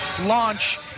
launch